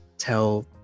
tell